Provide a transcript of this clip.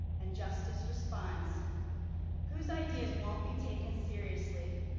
and justice responds whose ideas won't be taken seriously,